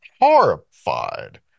horrified